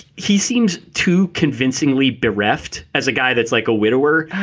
he seems too convincingly bereft as a guy that's like a widower.